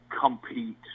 compete